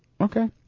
Okay